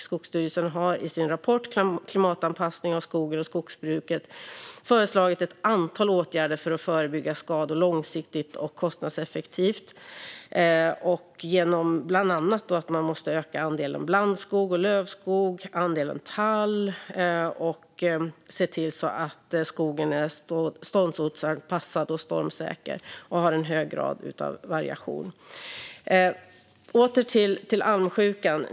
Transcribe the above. Skogsstyrelsen har i sin rapport Klimatanpass ning av skogen och skogsbruket föreslagit ett antal åtgärder för att förebygga skador långsiktigt och kostnadseffektivt, bland annat att öka andelen blandskog, lövskog och tall samt att se till att skogen är ståndortsanpassad och stormsäker och har en hög grad av variation. Åter till almsjukan.